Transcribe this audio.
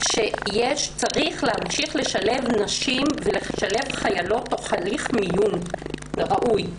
שצריך להמשיך לשלב נשים ולשלב חיילות תוך הליך מיון ראוי.